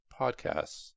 podcasts